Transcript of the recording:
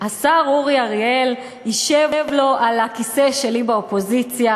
השר אורי אריאל ישב לו על הכיסא שלי באופוזיציה